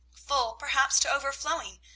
full perhaps to overflowing,